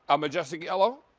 ah majestic yellow,